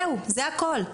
זהו, זה הכול.